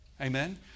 Amen